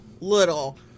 little